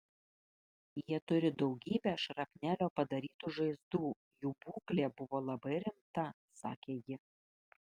jie turi daugybę šrapnelio padarytų žaizdų jų būklė buvo labai rimta sakė ji